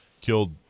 Killed